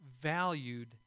valued